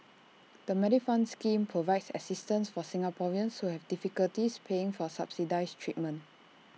the Medifund scheme provides assistance for Singaporeans who have difficulties paying for subsidized treatment